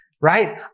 right